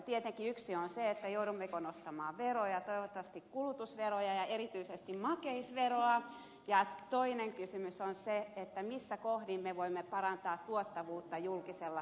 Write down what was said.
tietenkin yksi on se joudummeko nostamaan veroja toivottavasti kulutusveroja ja erityisesti makeisveroa ja toinen kysymys on se missä kohdin me voimme parantaa tuottavuutta julkisella sektorilla